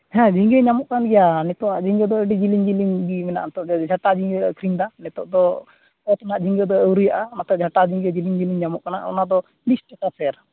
ᱦᱮᱸ ᱡᱷᱤᱝᱜᱟᱹ ᱧᱟᱢᱚᱜ ᱠᱟᱱ ᱜᱮᱭᱟ ᱱᱤᱛᱚᱜ ᱟᱜ ᱡᱷᱤᱝᱜᱟᱹ ᱫᱚ ᱟᱹᱰᱤ ᱡᱮᱞᱮᱧ ᱡᱮᱞᱮᱧ ᱜᱮ ᱢᱮᱱᱟᱜ ᱱᱤᱛᱚᱜ ᱫᱚ ᱡᱷᱟᱴᱟ ᱡᱷᱤᱝᱜᱟᱹ ᱞᱮ ᱟᱠᱷᱨᱤᱧ ᱮᱫᱟ ᱱᱤᱛᱚᱜ ᱫᱚ ᱚᱛ ᱨᱮᱭᱟᱜ ᱡᱷᱤᱝᱜᱟᱹ ᱫᱚ ᱟᱹᱣᱨᱤᱭᱟᱜᱼᱟ ᱚᱱᱟᱛᱮ ᱡᱷᱟᱴᱟ ᱡᱷᱤᱝᱜᱟᱹ ᱡᱮᱞᱮᱧ ᱡᱮᱞᱮᱧ ᱧᱟᱢᱚᱜ ᱠᱟᱱᱟ ᱚᱱᱟᱫᱚ ᱵᱤᱥ ᱴᱟᱠᱟ ᱥᱮᱨ